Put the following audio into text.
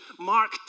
mark